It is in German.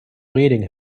reding